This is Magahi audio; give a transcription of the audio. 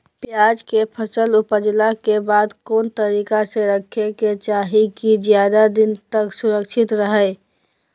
प्याज के फसल ऊपजला के बाद कौन तरीका से रखे के चाही की ज्यादा दिन तक सुरक्षित रहय?